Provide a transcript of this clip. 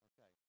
Okay